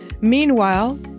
Meanwhile